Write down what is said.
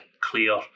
clear